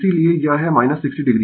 इसीलिए यह है 60 o